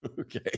Okay